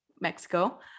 Mexico